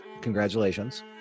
Congratulations